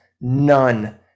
none